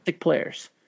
players